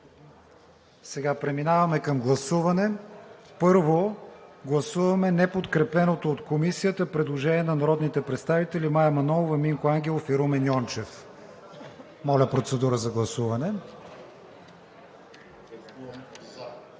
Сега преминаваме към гласуване. Първо гласуваме неподкрепеното от Комисията предложение на народните представители Мая Манолова, Минко Ангелов и Румен Йончев. АТАНАС КОСТАДИНОВ (БСП за България,